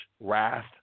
wrath